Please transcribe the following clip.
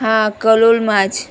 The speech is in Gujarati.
હા કલોલમાં જ